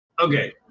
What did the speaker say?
okay